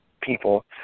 people